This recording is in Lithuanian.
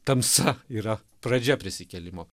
tamsa yra pradžia prisikėlimo